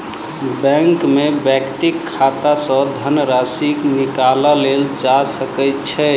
bank में व्यक्तिक खाता सॅ धनराशि निकालल जा सकै छै